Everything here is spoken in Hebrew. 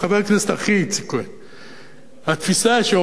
התפיסה שאומרת,